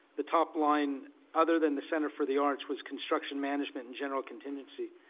the top line other than the center for the arts was construction management and general contingency.